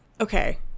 Okay